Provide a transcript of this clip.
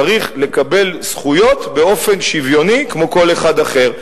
צריך לקבל זכויות באופן שוויוני כמו כל אחד אחר.